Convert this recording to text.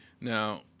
Now